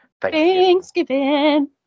thanksgiving